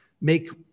make